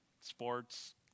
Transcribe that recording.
sports